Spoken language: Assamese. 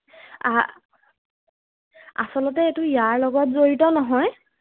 আচলতে এইটো ইয়াৰ লগত জড়িত নহয়